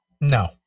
No